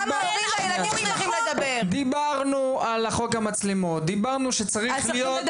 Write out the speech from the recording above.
דיברנו שצריך להיות